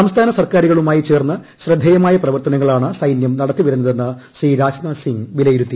സംസ്കാന സർക്കാരുകളുമായി ചേർന്ന് ശ്രദ്ധേയമായ പ്രവർത്തനങ്ങ്ളാണ് സൈനൃം നടത്തിവരുന്നതെന്ന് ശ്രീ രാജ്നാഥ് സിംഗ് വില്ലിയിരുത്തി